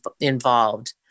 involved